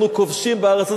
אנחנו כובשים בארץ,